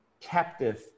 captive